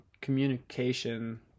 communication